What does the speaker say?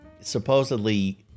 Supposedly